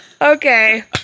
Okay